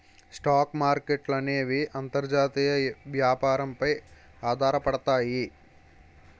stock మార్కెట్ల అనేవి అంతర్జాతీయ వ్యాపారం పై ఆధారపడతాయి